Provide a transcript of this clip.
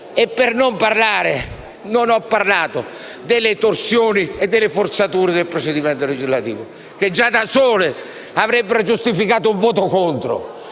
mafia. Io poi non ho parlato delle torsioni e delle forzature del procedimento legislativo, che già da sole avrebbero giustificato un voto contrario.